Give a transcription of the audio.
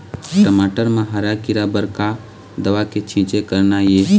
टमाटर म हरा किरा बर का दवा के छींचे करना ये?